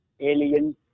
alien